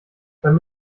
beim